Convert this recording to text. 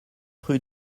rue